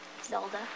zelda